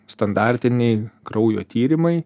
standartiniai kraujo tyrimai